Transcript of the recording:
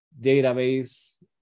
database